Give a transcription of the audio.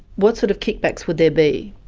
what sort of kickbacks would there be?